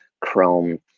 Chrome